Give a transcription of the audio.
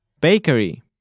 Bakery